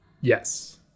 Yes